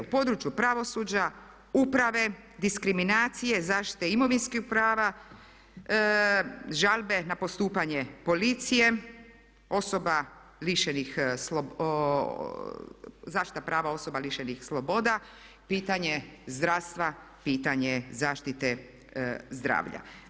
U području pravosuđa, uprave, diskriminacije, zaštite imovinskih prava, žalbe na postupanje policije, zaštita prava osoba lišenih slobode, pitanje zdravstva, pitanje zaštite zdravlja.